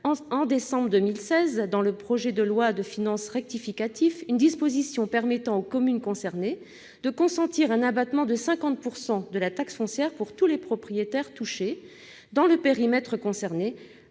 de décembre 2016, dans le projet de loi de finances rectificative, une disposition permettant aux communes concernées de consentir un abattement de 50 % de la taxe foncière pour tous les propriétaires touchés, dans le périmètre concerné,